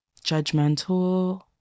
judgmental